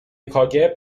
کاگب